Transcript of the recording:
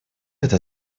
это